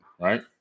right